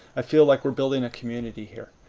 i feel like we're building a community here.